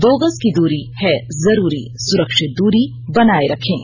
दो गज की दूरी है जरूरी सुरक्षित दूरी बनाए रखें